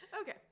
Okay